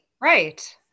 Right